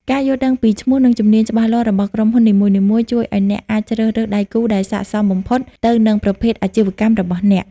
ការយល់ដឹងពីឈ្មោះ និងជំនាញច្បាស់លាស់របស់ក្រុមហ៊ុននីមួយៗ ជួយឱ្យអ្នកអាចជ្រើសរើសដៃគូដែលស័ក្តិសមបំផុតទៅនឹងប្រភេទអាជីវកម្មរបស់អ្នក។